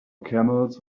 camels